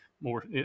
more